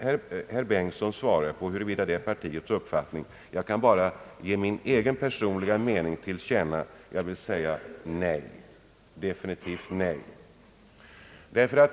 Herr Bengtson får svara för partiets uppfattning, men för egen del säger jag definitivt nej till en sådan tolkning.